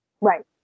Right